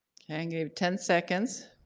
can give you ten seconds.